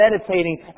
meditating